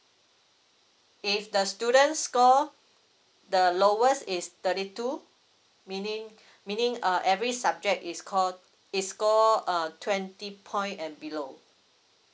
if the students score the lowest is thirty two meaning meaning uh every subject is score is score err twenty point and below